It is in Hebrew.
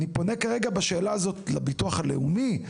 אני פונה כרגע בשאלה הזאת לביטוח הלאומי,